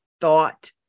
thought